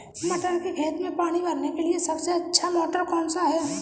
मटर के खेत में पानी भरने के लिए सबसे अच्छा मोटर कौन सा है?